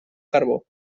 carbó